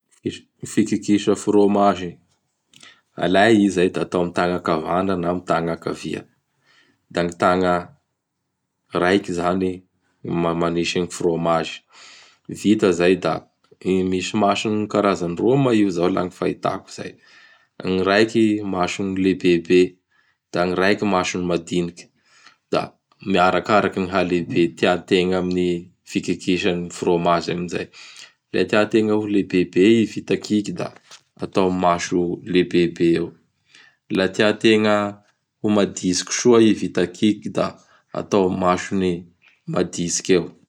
Gny fikikisa frômazy! Alay i izay da atao amin' gny tagna akavagna na amin'gny tagna akavia; da gny tagna raiky izany manisy gny frômazy. Vita izay da misy masony karazany roa moa io izao laha gny fahitako izay. Gny raiky masony lehibebe; da gny raiky masony madiniky; da arakaraky ny haleben'ny tiategna gny fikikisa gny frômazy amin'izay. Laha tiategna ho lehibebe i vita kiky da atao amin' gny maso lehibebe eo. Laha tiategna ho maditsiky soa i vita kiky da atao amin' gny masony maditsiky eo.